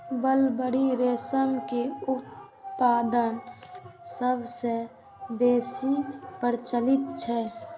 mulberry रेशम के उत्पादन सबसं बेसी प्रचलित छै